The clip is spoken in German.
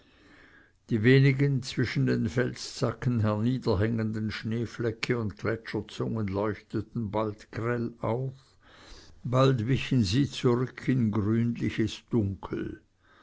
die wenigen zwischen den felszacken herniederhangenden schneeflecke und gletscherzungen leuchteten bald grell auf bald wichen sie zurück in grünliches dunkel